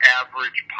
average